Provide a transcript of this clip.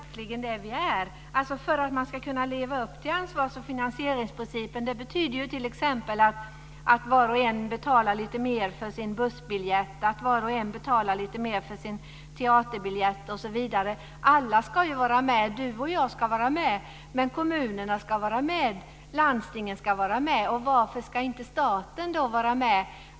Fru talman! Det är ju det vi verkligen är! Att man ska kunna leva upp till ansvars och finansieringsprincipen betyder ju t.ex. att var och en betalar lite mer för sin bussbiljett, att var och en betalar lite mer för sin teaterbiljett osv. Alla ska vara med. Du och jag ska vara med. Men också kommunerna ska vara med. Landstingen ska vara med. Varför ska då inte staten vara med?